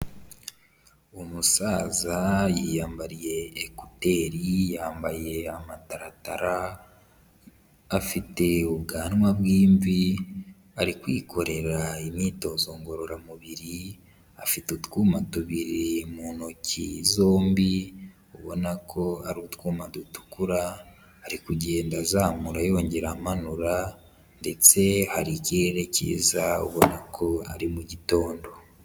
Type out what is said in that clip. Umusaza yiyambariye ekuteri, yambaye amataratara, afite ubwanwa bw'imvi, ari kwikorera imyitozo ngororamubiri, afite utwuma tubiri mu ntoki zombi, ubona ko ari utwuma dutukura, ari kugenda azamura yongera amanura ndetse hari ikirere kiza abona ko ari mugitondo.